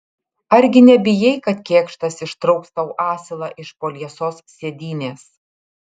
argi nebijai kad kėkštas ištrauks tau asilą iš po liesos sėdynės